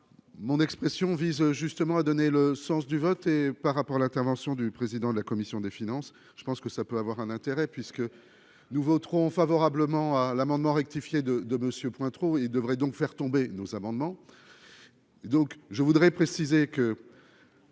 mon expression vise justement à donner le sens du vote et par rapport à l'intervention du président de la commission des finances, je pense que ça peut avoir un intérêt puisque nous voterons favorablement à l'amendement rectifier de de Monsieur Pointereau et il devrait donc faire tomber nos amendements, donc je voudrais préciser que.